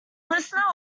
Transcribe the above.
listening